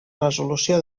resolució